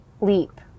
leap